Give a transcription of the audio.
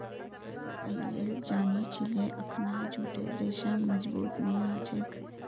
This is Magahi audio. पहिलेल जानिह छिले अखना जूटेर रेशा मजबूत नी ह छेक